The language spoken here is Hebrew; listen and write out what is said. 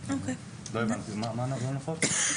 לא הבנתי, מה נפוץ?